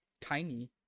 tiny